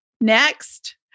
next